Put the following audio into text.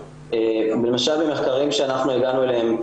למשל במחקרים שאנחנו הגענו אליהם,